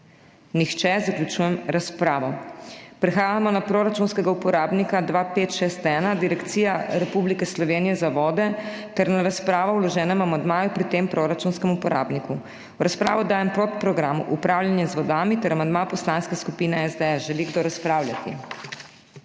Nihče. Zaključujem razpravo. Prehajamo na proračunskega uporabnika 2561 Direkcija Republike Slovenije za vode ter na razpravo o vloženem amandmaju pri tem proračunskem uporabniku. V razpravo dajem podprogram Upravljanje z vodami ter amandma Poslanske skupine SDS. Želi kdo razpravljati?